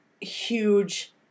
huge